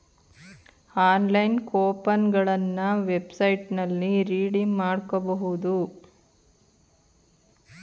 online coupon ಗಳನ್ನ ವೆಬ್ಸೈಟ್ನಲ್ಲಿ redeem ಮಾಡ್ಕೋಬಹುದು